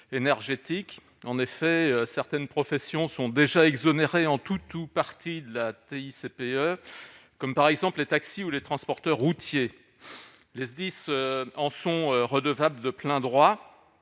énergétiques, en effet, certaines professions sont déjà exonérés en tout ou partie de la TICPE, comme par exemple les taxis ou les transporteurs routiers, le SDIS en sont redevables de plein droit,